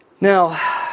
Now